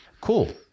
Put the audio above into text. Cool